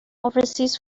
overseas